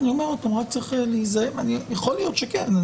יכול להיות שכן.